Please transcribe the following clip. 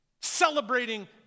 Celebrating